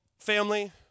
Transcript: Family